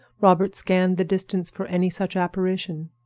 robert scanned the distance for any such apparition.